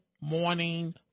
morning